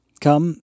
come